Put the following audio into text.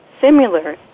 similar